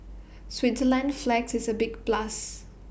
Switzerland's flag is A big plus